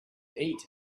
eat